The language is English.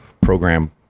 program